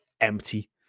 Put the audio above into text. empty